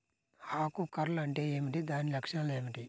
ఆకు కర్ల్ అంటే ఏమిటి? దాని లక్షణాలు ఏమిటి?